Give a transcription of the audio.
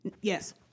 Yes